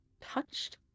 touched